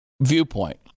viewpoint